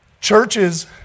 Churches